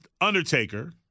Undertaker